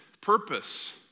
purpose